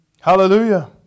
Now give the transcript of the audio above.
Hallelujah